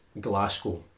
Glasgow